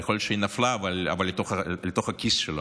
יכול להיות שהיא נפלה לתוך הכיס שלו,